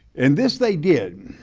and this they did